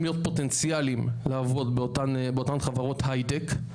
להיות פוטנציאליים לעבוד באותן חברות הייטק,